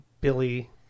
Billy